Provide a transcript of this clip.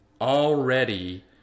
already